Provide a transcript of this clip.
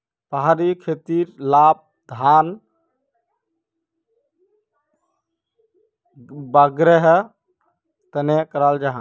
पहाड़ी खेतीर लाभ धान वागैरहर तने कराल जाहा